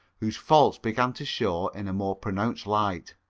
whose faults began to show in a more pronounced light.